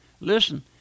Listen